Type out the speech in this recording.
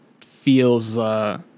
feels –